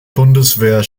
bundeswehr